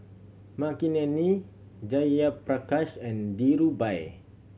Makineni Jayaprakash and Dhirubhai